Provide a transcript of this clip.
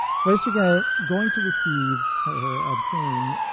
first, you're going to going to receive, or obtain,